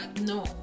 no